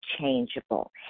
changeable